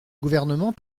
gouvernement